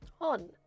on